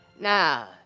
Now